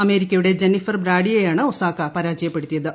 അമേരിക്കയുടെ ജന്നിഫർ ബ്രാഡിയെയാണ് ഒസാക പരാജയപ്പെടുത്തിയത്